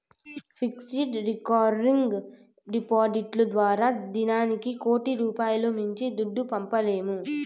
fixed, recurring డిపాడిట్లు ద్వారా దినానికి కోటి రూపాయిలు మించి దుడ్డు పంపలేము